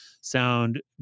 sound